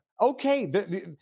okay